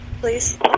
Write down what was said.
Please